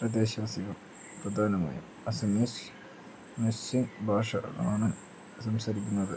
പ്രദേശവാസികൾ പ്രധാനമായും അസമീസ് മിസ്സിങ്ങ് ഭാഷകളാണ് സംസാരിക്കുന്നത്